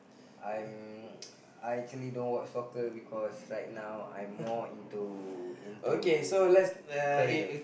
I'm I actually don't watch soccer because right now I'm more into into career